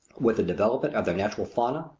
with the development of their natural fauna,